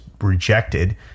rejected